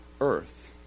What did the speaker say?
earth